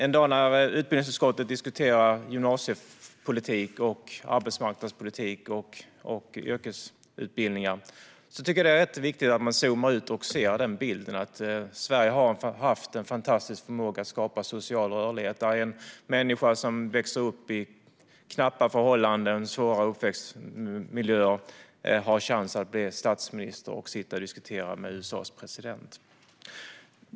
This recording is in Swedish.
En dag när utbildningsutskottet diskuterar gymnasiepolitik, arbetsmarknadspolitik och yrkesutbildningar tycker jag att det är rätt viktigt att man zoomar ut och ser den bilden: att Sverige har haft en fantastisk förmåga att skapa social rörlighet, där en människa som växer upp under knappa förhållanden och i svåra uppväxtmiljöer har chans att bli statsminister och sitta och diskutera med USA:s president.